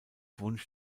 wunsch